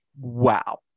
wow